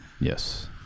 Yes